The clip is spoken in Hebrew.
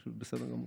והוא בסדר גמור.